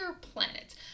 planet